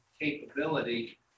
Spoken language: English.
capability